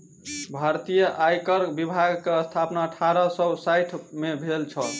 भारतीय आयकर विभाग के स्थापना अठारह सौ साइठ में भेल छल